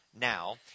Now